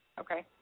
Okay